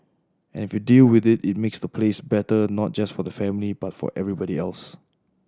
and if you deal with it it makes the place better not just for the family but for everybody else